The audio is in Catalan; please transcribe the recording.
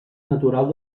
natural